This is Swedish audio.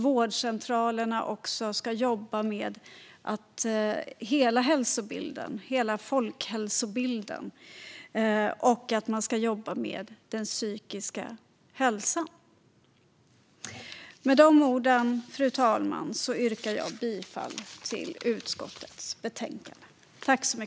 Vårdcentralerna ska jobba med hela folkhälsobilden, även den psykiska hälsan. Fru talman! Jag yrkar bifall till utskottets förslag.